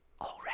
already